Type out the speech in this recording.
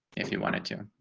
if you wanted to